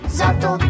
zato